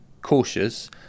cautious